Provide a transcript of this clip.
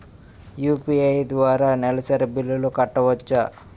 UPI ద్వారా నెలసరి బిల్లులు కట్టవచ్చా?